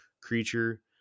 creature